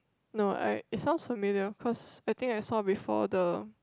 no I it sounds familiar cause I think I saw before the